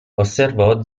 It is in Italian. osservò